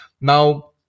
Now